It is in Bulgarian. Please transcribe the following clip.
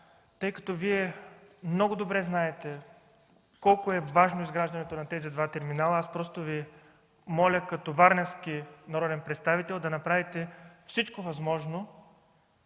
тъй като Вие много добре знаете колко е важно изграждането на тези два терминала. Аз просто Ви моля като варненски народен представител да направите всичко възможно